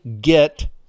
get